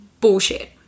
bullshit